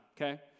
okay